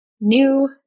new